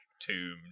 tomb